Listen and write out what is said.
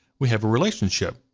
we have a relationship.